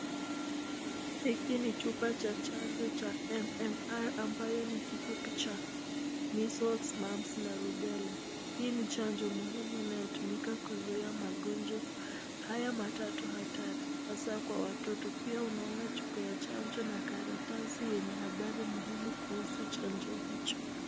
Hiki ni chupa cha chanjo cha (cs) MMR (cs) ambayo ni kifupi cha (cs) Measels, Mumps (cs) na (cs) Rubella (cs). Hii ni chanjo muhimu inayotumika kuzuia magonjwa haya matatu hatari hasa kwa watoto, pia unaona chupa ya chanjo na karatasi yenye habari muhimu kuhusu chanjo hicho.